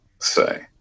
say